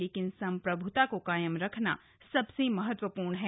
लेकिन संप्रभ्ता को कायम रखना सबसे महत्वपूर्ण है